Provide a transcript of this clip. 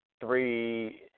three